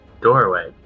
doorway